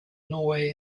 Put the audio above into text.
norway